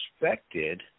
expected